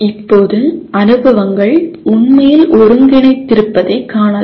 இப்போது அனுபவங்கள் உண்மையில் ஒருங்கிணைந்திருப்பதைக் காணலாம்